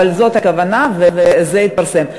אבל זאת הכוונה וזה יתפרסם.